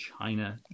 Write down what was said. China